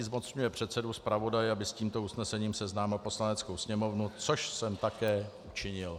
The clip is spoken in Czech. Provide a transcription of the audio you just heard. Zmocňuje předsedu zpravodaje, aby s tímto usnesením seznámil Poslaneckou sněmovnu což jsem také učinil.